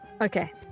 Okay